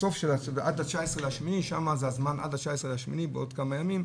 עד ה-19.8, בעוד כמה ימים,